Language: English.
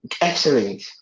Excellent